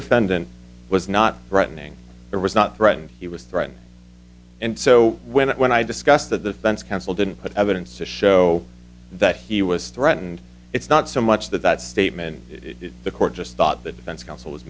defendant was not threatening or was not threatened he was threatened and so when it when i discussed the fence counsel didn't put evidence to show that he was threatened it's not so much that that statement the court just thought the defense counsel